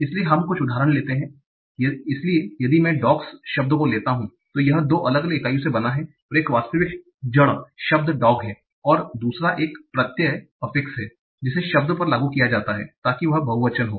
इसलिए हम कुछ उदाहरण लेते हैं इसलिए यदि मैं डॉग्स शब्द को लेता हूं तो यह दो अलग अलग इकाइयों से बना है एक वास्तविक जड़ शब्द डॉग् है और दूसरा एक प्रत्यय है जिसे शब्द पर लागू किया जाता है ताकि यह बहुवचन हो